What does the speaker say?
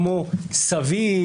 כמו "סביר",